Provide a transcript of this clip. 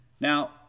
Now